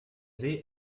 see